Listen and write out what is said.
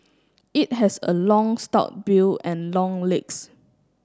it has a long stout bill and long legs